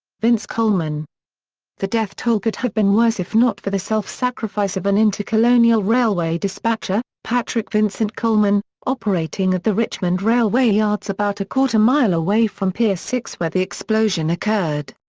vince coleman the death toll could have been worse if not for the self-sacrifice of an intercolonial railway dispatcher, patrick vincent coleman, operating at the richmond railway yards about a quarter-mile away from pier six where the explosion occurred.